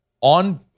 on